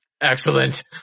excellent